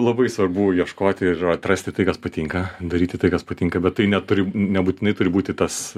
labai svarbu ieškoti ir atrasti tai kas patinka daryti tai kas patinka bet tai neturi nebūtinai turi būti tas